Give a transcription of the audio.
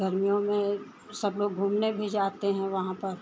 गर्मियों में सब लोग घूमने भी जाते हैं वहाँ पर